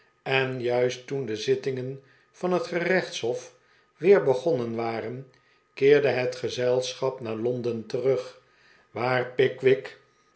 en juist toen de zittingen van net gerechtshof weer begonnen waren keerde het gezelschap naar londen terug waar pickwick